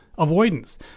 Avoidance